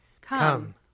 Come